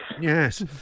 Yes